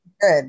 Good